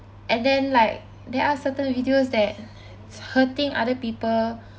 and then like there are certain videos that is hurting other people